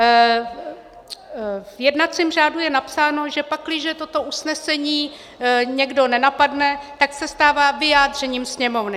V jednacím řádu je napsáno, že pakliže toto usnesení někdo nenapadne, tak se stává vyjádřením Sněmovny.